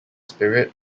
spirit